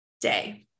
day